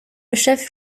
chef